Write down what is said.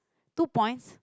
two points